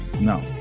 No